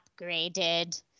upgraded